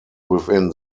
within